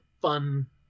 fun